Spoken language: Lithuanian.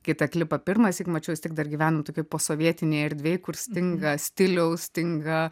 kai tą klipą pirmąsyk mačiau vis tiek dar gyvenom tokioj posovietinėj erdvėj kur stinga stiliaus stinga